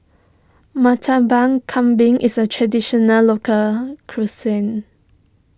Murtabak Kambing is a Traditional Local Cuisine